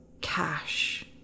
cash